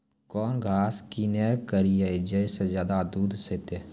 कौन घास किनैल करिए ज मे ज्यादा दूध सेते?